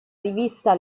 rivista